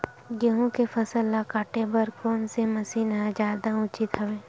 गेहूं के फसल ल काटे बर कोन से मशीन ह जादा उचित हवय?